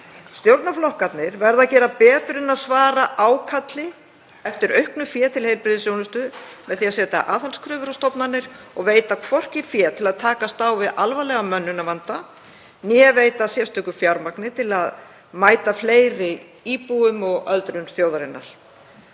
Stjórnarflokkarnir verða að gera betur en að svara ákalli eftir auknu fé til heilbrigðisþjónustu með því að setja aðhaldskröfur á stofnanir og að veita hvorki fé til að takast á við alvarlegan mönnunarvanda né veita sérstakt fjármagn til að mæta fleiri íbúum og öldrun þjóðarinnar.